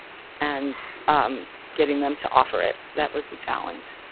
and getting them to offer it. that was the challenge,